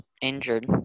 injured